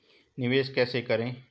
निवेश कैसे करें?